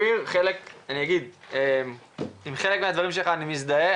עם חלק מהדברים שלך אני מזדהה,